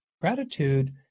Gratitude